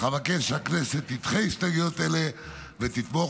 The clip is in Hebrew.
אך אבקש שהכנסת תדחה הסתייגויות אלה ותתמוך